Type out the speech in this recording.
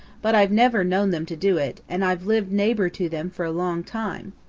but i've never known them to do it and i've lived neighbor to them for a long time,